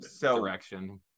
Direction